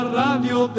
radio